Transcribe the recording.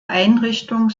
einrichtung